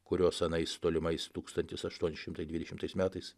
kurios anais tolimais tūkstantis aštuoni šimtai dvidešimtais metais